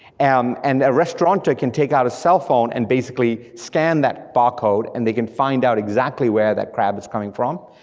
and and a restaurateur can take out a cell phone and basically scan that bar code and they can find out exactly where that crab is coming from,